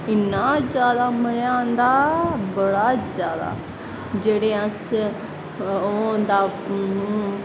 इन्ना मज़ा आंदा बड़ा जादा जेह्ड़े अस ओह् होंदा